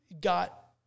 got